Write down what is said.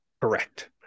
Correct